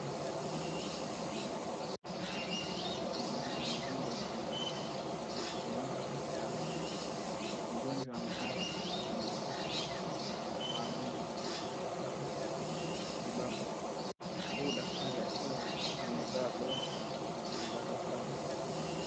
Daktari wa meno akimhudumia mgonjwa kwenye kliniki ya meno. Mgonjwa amelala kwenye kiti maalum cha matibabu huku daktari akiwa amevaa gloves na barakoa.